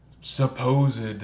supposed